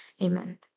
Amen